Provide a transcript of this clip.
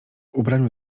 ubraniu